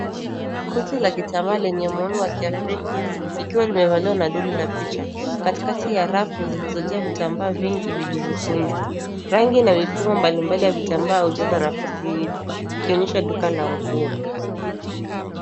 Koti la kitambaa lenye muundo ya kiafrika, ikiwa imevaliwa na doli la picha. Katikati ya rafu ziliyojaa vitambaa vingi vilivyokunjwa. Rangi na mifumo mbali mbali ya vitambaa hujaza nafasi hiyo, ikionyesha duka la nguo.